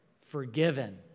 forgiven